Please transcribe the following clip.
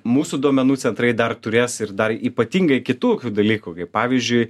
mūsų duomenų centrai dar turės ir dar ypatingai kitų dalykų kaip pavyzdžiui